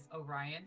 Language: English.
Orion